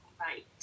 right